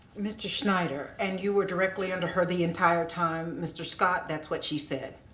mr. snyder and you were directly under her the entire time? mr. scott that's what she said.